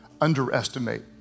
underestimate